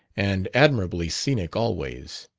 and admirably scenic always.